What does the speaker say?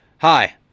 Hi